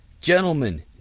Gentlemen